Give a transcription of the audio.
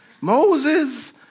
Moses